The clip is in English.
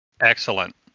Excellent